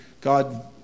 God